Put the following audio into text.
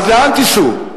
אז לאן תיסעו?